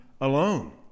alone